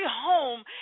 home